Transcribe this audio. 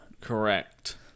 Correct